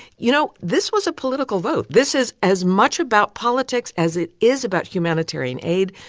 you know, this was a political vote. this is as much about politics as it is about humanitarian aid.